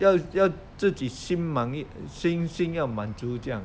要要自己心满一心心要满足这样